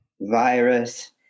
virus